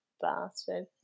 bastard